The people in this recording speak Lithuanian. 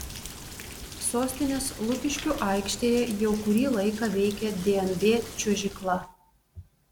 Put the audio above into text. sostinės lukiškių aikštėje jau kurį laiką veikia dnb čiuožykla